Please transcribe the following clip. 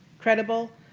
credible,